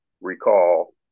recall